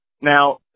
now